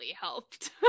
helped